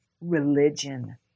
religion